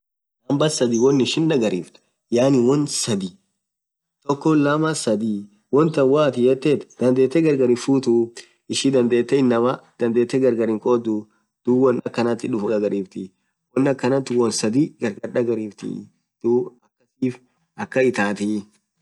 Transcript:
Number sadhii won ishin dhagariftu yaani won sadhii tokko, lama, sadhi. wontan woathin yethethu dhadhethe gargar hinfuthuu ishi dhadhethe inamaa gargar hinkhodhuu dhub won akhanathif ufdhagarifthi won akhan thun won sadhii gargar dhagarifti